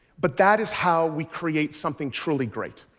but that is how we create something truly great.